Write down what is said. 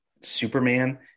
Superman